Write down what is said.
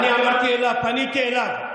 אני פניתי אליו.